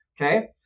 okay